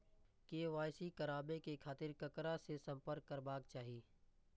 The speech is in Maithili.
के.वाई.सी कराबे के खातिर ककरा से संपर्क करबाक चाही?